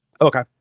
Okay